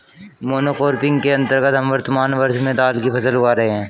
monocropping के अंतर्गत हम वर्तमान वर्ष में दाल की फसल उगा रहे हैं